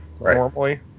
normally